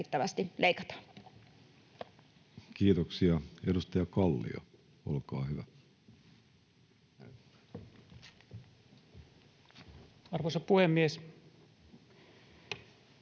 Kiitoksia. — Edustaja Kalmari, olkaa hyvä. Arvoisa herra